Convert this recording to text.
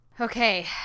okay